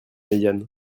médiane